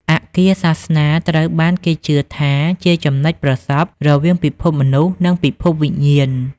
អគារសាសនា ត្រូវបានគេជឿថាជាចំណុចប្រសព្វរវាងពិភពមនុស្សនិងពិភពវិញ្ញាណ។